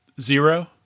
zero